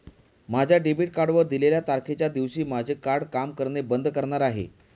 माझ्या डेबिट कार्डवर दिलेल्या तारखेच्या दिवशी माझे कार्ड काम करणे बंद करणार आहे